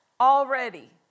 Already